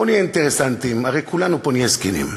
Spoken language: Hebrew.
בואו נהיה אינטרסנטים, הרי כולנו פה נהיה זקנים,